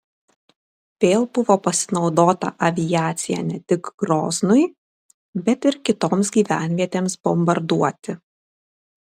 vėl buvo pasinaudota aviacija ne tik groznui bet ir kitoms gyvenvietėms bombarduoti